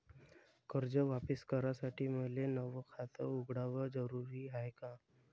कर्ज वापिस करासाठी मले नव खात उघडन जरुरी हाय का?